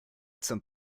zum